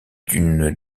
d’une